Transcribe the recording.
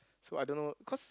so I don't know cause